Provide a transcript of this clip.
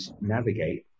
navigate